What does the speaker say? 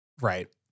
Right